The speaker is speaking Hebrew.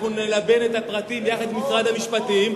אנחנו נלבן את הפרטים יחד עם משרד המשפטים,